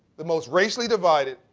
the most racially divided,